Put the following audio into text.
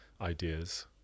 ideas